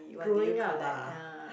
growing up ah